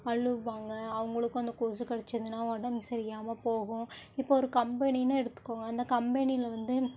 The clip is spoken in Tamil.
அழுவாங்க அவங்களுக்கும் அந்த கொசு கடிச்சுதுன்னா உடம்பு சரியாகாம போகும் இப்போ ஒரு கம்பெனின்னு எடுத்துக்கோங்க அந்த கம்பெனியில் வந்து